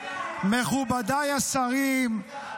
מכובדיי השרים,